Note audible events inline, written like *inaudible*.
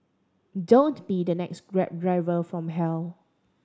don't be the next Grab *unintelligible* from hell